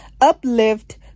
uplift